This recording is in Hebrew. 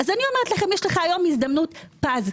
אז אני אומרת שיש לכם היום הזדמנות פז,